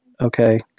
okay